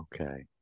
Okay